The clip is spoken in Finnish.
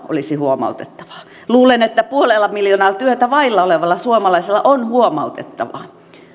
olisi huomautettavaa luulen että puolella miljoonalla työtä vailla olevalla suomalaisella on huomautettavaa